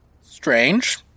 Strange